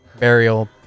Burial